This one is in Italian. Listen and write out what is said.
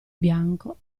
bianco